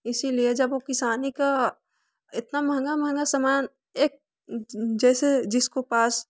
इसीलिए जब वो किसानी का इतना महँगा महँगा समान एक जैसे जिसको पास